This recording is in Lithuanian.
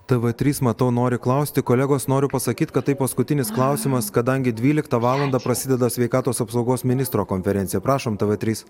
tv trys matau nori klausti kolegos noriu pasakyt kad tai paskutinis klausimas kadangi dvyliktą valandą prasideda sveikatos apsaugos ministro konferencija prašom tv trys